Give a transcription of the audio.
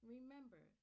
Remember